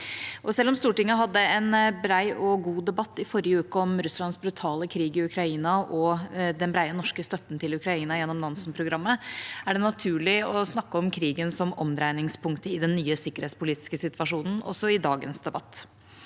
Selv om Stortinget i forrige uke hadde en bred og god debatt om Russlands brutale krig i Ukraina og den brede norske støtten til Ukraina gjennom Nansen-programmet, er det naturlig å snakke om krigen som omdreiningspunkt i den nye sikkerhetspolitiske situasjonen, også i dagens debatt.